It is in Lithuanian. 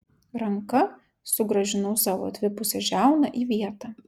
ranka sugrąžinau savo atvipusią žiauną į vietą